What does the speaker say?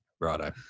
Righto